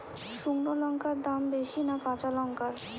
শুক্নো লঙ্কার দাম বেশি না কাঁচা লঙ্কার?